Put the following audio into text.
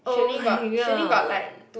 oh my god